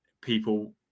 people